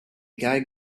guy